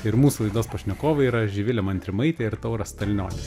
ir mūsų laidos pašnekovai yra živilė montrimaitė ir tauras stalnionis